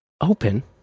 open